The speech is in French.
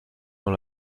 dans